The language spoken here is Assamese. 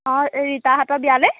অঁ ৰীতাহঁতৰ বিয়ালৈ